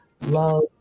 Love